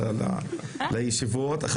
אני